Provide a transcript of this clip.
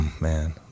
man